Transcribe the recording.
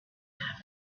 have